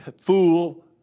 fool